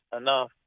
enough